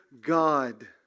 God